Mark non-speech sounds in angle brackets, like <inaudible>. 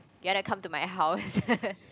you wanna come to my house <laughs>